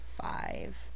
five